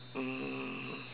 um